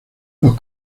los